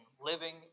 living